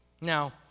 Now